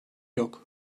yok